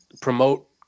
promote